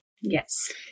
Yes